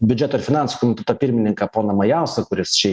biudžeto ir finansų komiteto pirmininką poną majauską kuris čia